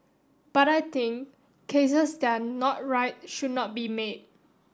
but I think cases that not right should not be made